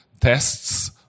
tests